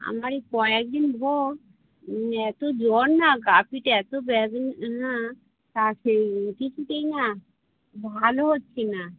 আমার এই কয়েক দিন ভোর এতো জ্বর না গা পিঠে এতো ব্যাদনা তা সেই কিছুতেই না ভালো হচ্ছি না